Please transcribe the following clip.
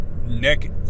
Nick